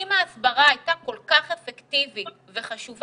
אם ההסברה הייתה כל כך אפקטיבית וחשובה,